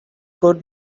good